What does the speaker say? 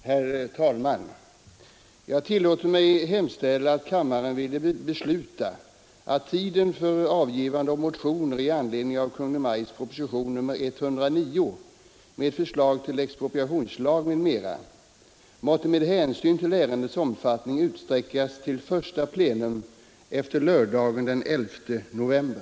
Herr talman! Jag tillåter mig hemställa att kammaren ville besluta att tiden för avgivande av motioner i anledning av Kungl. Maj:ts proposition nr 109 med förslag till expropriationslag m. m, måtte med hänsyn till ärendets omfattning utsträckas till första plenum efter lördagen den 11 november.